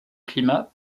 climat